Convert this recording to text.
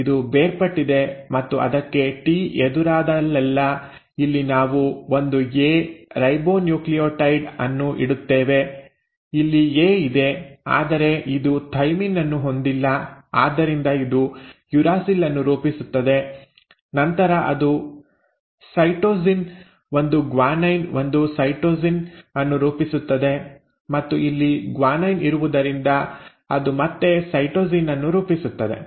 ಇದು ಬೇರ್ಪಟ್ಟಿದೆ ಮತ್ತು ಅದಕ್ಕೆ ಟಿ ಎದುರಾದಲ್ಲೆಲ್ಲಾ ಇಲ್ಲಿ ನಾವು ಒಂದು ಎ ರೈಬೊನ್ಯೂಕ್ಲಿಯೊಟೈಡ್ ಅನ್ನು ಇಡುತ್ತೇವೆ ಇಲ್ಲಿ ಎ ಇದೆ ಆದರೆ ಇದು ಥೈಮಿನ್ ಅನ್ನು ಹೊಂದಿಲ್ಲ ಆದ್ದರಿಂದ ಅದು ಯುರಾಸಿಲ್ ಅನ್ನು ರೂಪಿಸುತ್ತದೆ ನಂತರ ಅದು ಸೈಟೋಸಿನ್ ಒಂದು ಗ್ವಾನೈನ್ ಒಂದು ಸೈಟೋಸಿನ್ ಅನ್ನು ರೂಪಿಸುತ್ತದೆ ಮತ್ತು ಇಲ್ಲಿ ಗ್ವಾನೈನ್ ಇರುವುದರಿಂದ ಅದು ಮತ್ತೆ ಸೈಟೋಸಿನ್ ಅನ್ನು ರೂಪಿಸುತ್ತದೆ